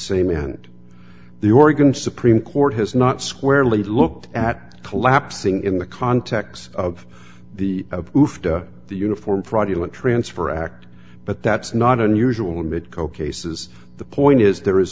same end the oregon supreme court has not squarely looked at collapsing in the context of the of the uniform fraudulent transfer act but that's not unusual in mid co cases the point is there is